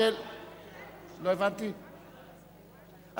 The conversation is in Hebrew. של חברת הכנסת פאינה קירשנבאום,